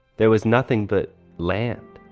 there was nothing but land,